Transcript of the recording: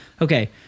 Okay